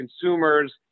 consumers